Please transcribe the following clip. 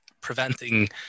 preventing